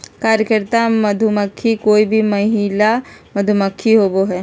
कार्यकर्ता मधुमक्खी कोय भी महिला मधुमक्खी होबो हइ